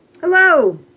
Hello